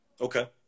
Okay